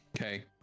Okay